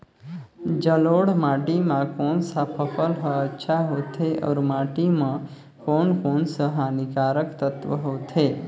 जलोढ़ माटी मां कोन सा फसल ह अच्छा होथे अउर माटी म कोन कोन स हानिकारक तत्व होथे?